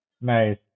Nice